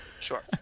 Sure